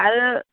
आरो